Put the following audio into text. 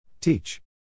Teach